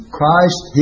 Christ